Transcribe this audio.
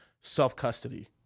self-custody